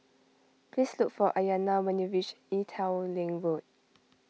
please look for Aiyana when you reach Ee Teow Leng Road